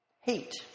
hate